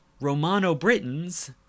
Romano-Britons